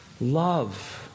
love